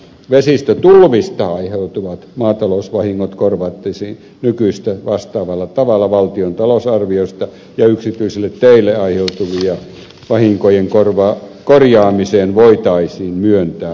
vesistötulvista aiheutuvat maatalousvahingot korvattaisiin nykyistä vastaavalla tavalla valtion talousarviosta ja yksityisille teille aiheutuvien vahinkojen korjaamiseen voitaisiin myöntää avustusta